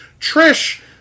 Trish